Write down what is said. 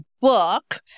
book